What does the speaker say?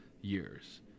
years